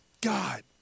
God